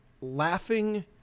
laughing